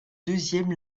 deuxième